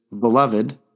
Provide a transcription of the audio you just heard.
beloved